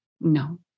No